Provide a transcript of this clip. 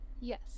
yes